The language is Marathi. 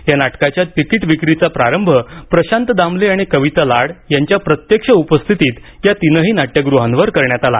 या नाटकाच्या तिकीटविक्रीचा प्रारंभ प्रशांत दामले आणि कविता लाड यांच्या प्रत्यक्ष उपस्थितीत या तीनही नाट्यगृहांवर करण्यात आला